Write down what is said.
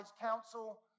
counsel